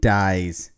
dies